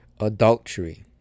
Adultery